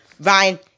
Ryan